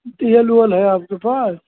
P L ऊएल है आपके पास